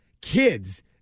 kids